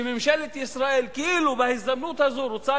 כשממשלת ישראל כאילו בהזדמנות הזאת רוצה